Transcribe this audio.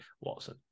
Watson